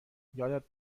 یادت